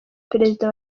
perezida